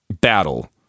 battle